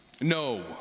No